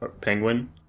penguin